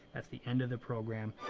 that's the end of the program